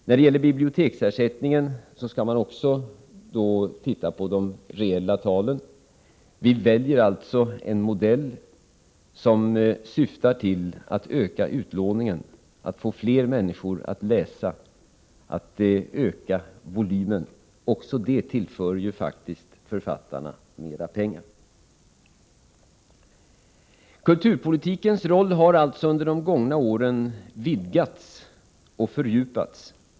När det gäller biblioteksersättningen skall man också titta på de reella talen. Vi väljer alltså en modell som syftar till att öka utlåningen, att få fler människor att läsa, att öka volymen. Också detta tillför faktiskt författarna mera pengar. Kulturpolitikens roll har under de gångna åren vidgats och fördjupats.